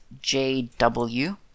JW